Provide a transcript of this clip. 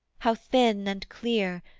how thin and clear,